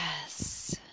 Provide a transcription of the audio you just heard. Yes